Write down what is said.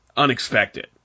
unexpected